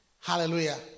Hallelujah